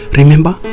Remember